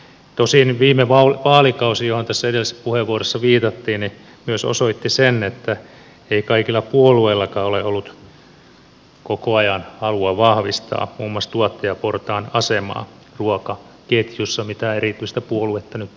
tosin viime vaalikausi johon tässä edellisessä puheenvuorossa viitattiin myös osoitti sen että ei kaikilla puolueillakaan ole ollut koko ajan halua vahvistaa muun muassa tuottajaportaan asemaa ruokaketjussa mitään erityistä puoluetta nyt tässä mainitsematta